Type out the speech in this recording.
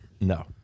no